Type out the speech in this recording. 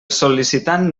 sol·licitant